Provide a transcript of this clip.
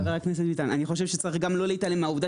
אני חושב שאנחנו צריכים לא להתעלם מהעובדה